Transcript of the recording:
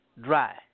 dry